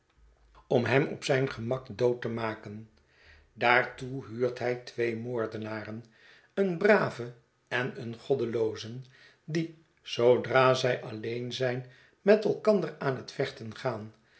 om hem op zijn gemak dood te maken daartoe huurt hij twee moordenaren een braven en een goddeloozen die zoodra zij alleen zijn met elkander aan het vechten gaan